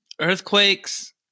earthquakes